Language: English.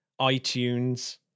iTunes